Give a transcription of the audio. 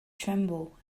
tremble